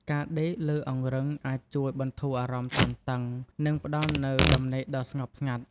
ការដេកលើអង្រឹងអាចជួយបន្ធូរអារម្មណ៍តានតឹង និងផ្តល់នូវដំណេកដ៏ស្ងប់ស្ងាត់។